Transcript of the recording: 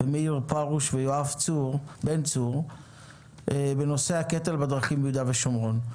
מאיר פרוש ויואב צור בן צור בנושא הקטל בדרכים ביהודה ושומרון.